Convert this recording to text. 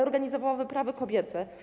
Organizowała wyprawy kobiece.